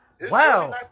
Wow